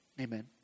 Amen